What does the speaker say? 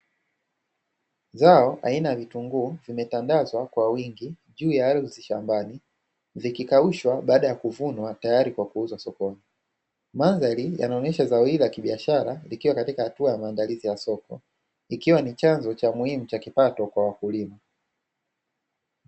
Zao aina ya vitunguu vimetandazwa kwa wingi juu ya ardhi shambani, mandhari yanaonyesha zao hili la kibiashara likiwa katika hatua ya maandalizi ya soko. Ikiwa ni chanzo cha muhimu cha kipato kwa wakulima.